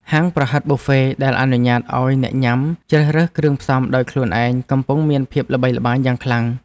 ហាងប្រហិតប៊ូហ្វេដែលអនុញ្ញាតឱ្យអ្នកញ៉ាំជ្រើសរើសគ្រឿងផ្សំដោយខ្លួនឯងកំពុងមានភាពល្បីល្បាញយ៉ាងខ្លាំង។